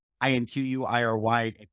I-N-Q-U-I-R-Y